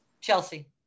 Chelsea